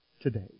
today